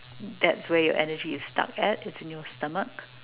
that's where your energy is stuck at it's in your stomach